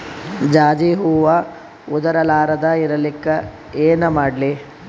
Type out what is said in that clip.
ಜಾಜಿ ಹೂವ ಉದರ್ ಲಾರದ ಇರಲಿಕ್ಕಿ ಏನ ಮಾಡ್ಲಿ?